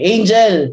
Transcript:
Angel